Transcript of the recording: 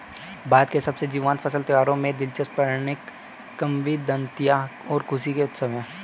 भारत के सबसे जीवंत फसल त्योहारों में दिलचस्प पौराणिक किंवदंतियां और खुशी के उत्सव है